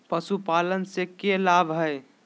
पशुपालन से के लाभ हय?